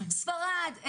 ספרד,